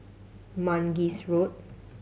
Mangis Road